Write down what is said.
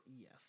Yes